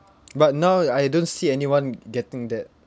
but now I don't see anyone getting that